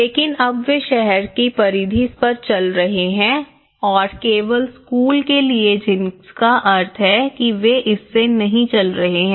लेकिन अब वे शहर की परिधि पर चल रहे हैं और केवल स्कूल के लिए जिसका अर्थ है कि वे इससे नहीं चल रहे हैं